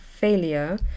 failure